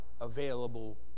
available